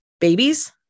babies